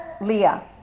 Leah